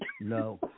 No